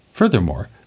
Furthermore